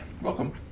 welcome